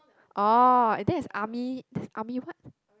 oh that's army that's army what